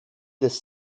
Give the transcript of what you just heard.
this